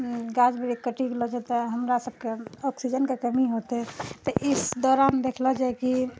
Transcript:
गाछ वृक्ष कटि गेलो छै तऽ हमरा सबकेँ ऑक्सीजनके कमी होतै तऽ ई दौरान देखलो जाइ कि